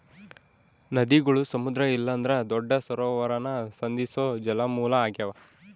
ನದಿಗುಳು ಸಮುದ್ರ ಇಲ್ಲಂದ್ರ ದೊಡ್ಡ ಸರೋವರಾನ ಸಂಧಿಸೋ ಜಲಮೂಲ ಆಗ್ಯಾವ